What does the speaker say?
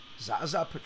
Zaza